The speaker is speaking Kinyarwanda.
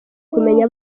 kumenya